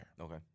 Okay